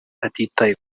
atitaye